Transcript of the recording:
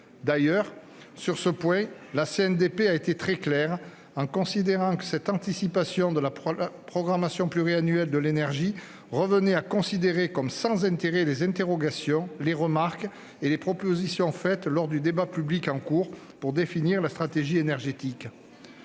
D'ailleurs, sur ce point, la CNDP a été très claire, en considérant que cette anticipation de la programmation pluriannuelle de l'énergie revenait « à considérer comme sans intérêt les interrogations, les remarques et les propositions faites lors du débat public en cours pour définir la stratégie énergétique